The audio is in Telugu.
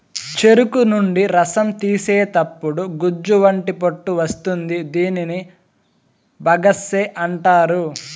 చెరుకు నుండి రసం తీసేతప్పుడు గుజ్జు వంటి పొట్టు వస్తుంది దీనిని బగస్సే అంటారు